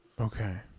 Okay